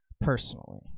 personally